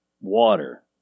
water